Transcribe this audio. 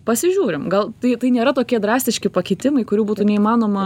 pasižiūrim gal tai tai nėra tokie drastiški pakitimai kurių būtų neįmanoma